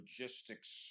logistics